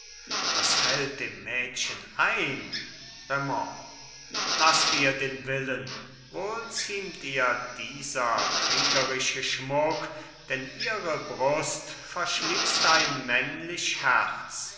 was fällt dem mädchen ein raimond laßt ihr den willen wohl ziemt ihr dieser kriegerische schmuck denn ihre brust verschließt ein männlich herz